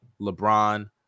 LeBron